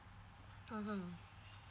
mmhmm